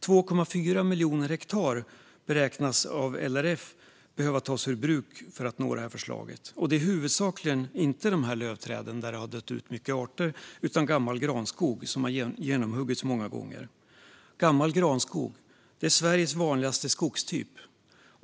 2,4 miljoner hektar beräknas av LRF behöva tas ur bruk för att nå förslagets mål, och det är huvudsakligen inte fråga om lövträden där många arter har dött ut utan om gammal granskog som har genomhuggits många gånger. Gammal granskog är Sveriges vanligaste skogstyp.